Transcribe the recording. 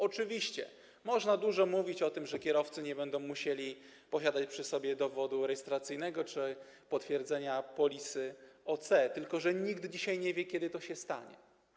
Oczywiście dużo można mówić o tym, że kierowcy nie będą musieli posiadać przy sobie dowodu rejestracyjnego czy potwierdzenia polisy OC, tylko że nikt dzisiaj nie wie, kiedy to się stanie.